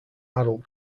adult